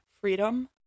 freedom